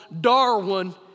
Darwin